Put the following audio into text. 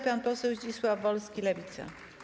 Pan poseł Zdzisław Wolski, Lewica.